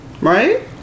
right